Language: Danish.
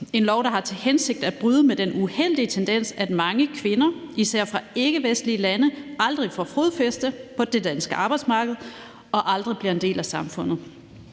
en lov, der har til hensigt at bryde med den uheldige tendens, at mange kvinder, især fra ikkevestlige lande, aldrig får fodfæste på det danske arbejdsmarked og aldrig bliver en del af samfundet.